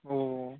ও